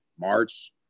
March